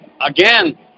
Again